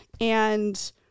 and-